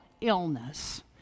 illness